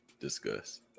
discuss